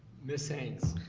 ms. haynes?